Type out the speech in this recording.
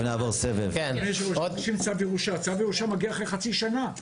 צו ירושה מגיע אחרי חצי שנה,